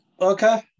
Okay